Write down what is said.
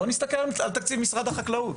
בואו נסתכל על תקציב משרד החקלאות,